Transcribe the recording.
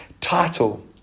title